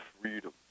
freedom